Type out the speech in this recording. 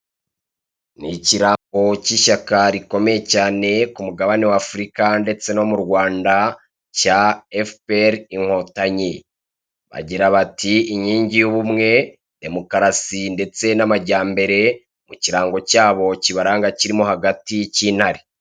Ni ikirango cy'ishyaka rikomeye cyane ku mugabane wa Afurika ndetse no mu Rwanda, cya Efuperi inkotanyi. Bagira bati "Inkingi y'ubumwe, demukarasi, ndetse n'amajyambere", mu gikaro cyabo kibaranga kirimo hagati cy'intare.